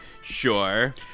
Sure